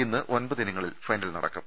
ഇന്ന് ഒമ്പത് ഇനങ്ങളിൽ ഫൈനൽ നടക്കും